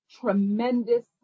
tremendous